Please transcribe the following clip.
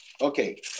Okay